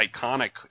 iconic